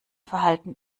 verhalten